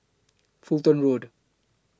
Fulton Road